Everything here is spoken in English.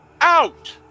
Out